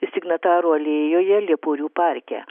signatarų alėjoje lieporių parke